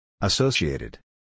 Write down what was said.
Associated